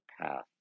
path